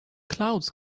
clouds